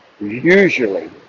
usually